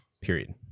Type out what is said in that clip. Period